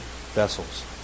vessels